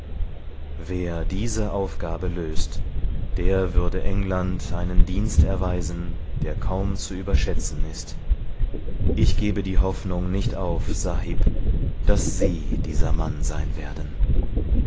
wer diese aufgabe löst der würde england einen dienst erweisen der kaum zu überschätzen ist ich gebe die hoffnung nicht auf sahib daß sie dieser mann sein werden